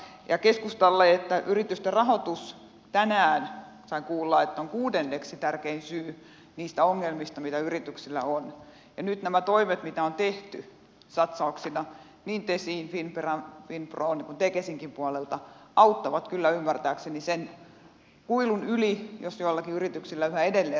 ja keskustalle että yritysten rahoitus tänään sain kuulla on kuudenneksi tärkein syy niistä ongelmista mitä yrityksillä on ja nyt nämä toimet mitä on tehty satsauksina niin tesin finnveran finpron kuin tekesinkin puolelta auttavat kyllä ymmärtääkseni sen kuilun yli jos joillakin yrityksillä yhä edelleen rahoitus on ongelmana